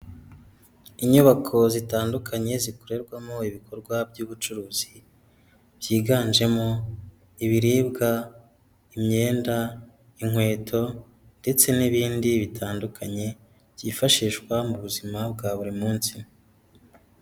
Inyubako zitandukanye zikorerwamo ibikorwa by'ubucuruzi, byiganjemo ibiribwa imyenda, inkweto ndetse n'ibindi bitandukanye byifashishwa mu buzima bwa buri munsi.